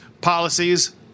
policies